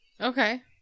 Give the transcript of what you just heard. Okay